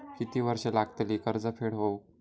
किती वर्षे लागतली कर्ज फेड होऊक?